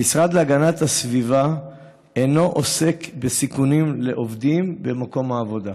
המשרד להגנת הסביבה אינו עוסק בסיכונים של עובדים במקום העבודה.